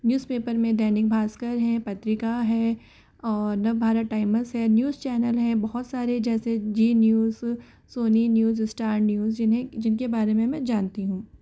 news paper में दैनिक भास्कर है पत्रिका है और नवभारत टाइमस है न्यूज़ चैनल है बहुत सारे जैसे Zee News Sony News Star News जिन्हें जिनके बारे में मैं जानती हूँ